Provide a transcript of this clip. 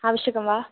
आवश्यकं वा